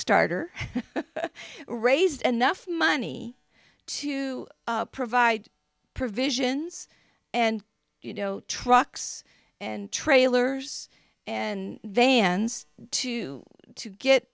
starter raised enough money to provide provisions and you know trucks and trailers and vans to to get